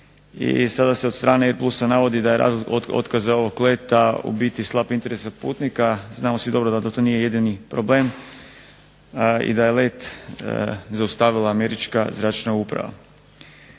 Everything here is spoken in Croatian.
i sada se od strane AirPlusa navodi da je razlog otkaza ovog leta u biti slab interes putnika. Znamo svi dobro da to nije jedini problem i da je let zaustavila Američka zračna uprava.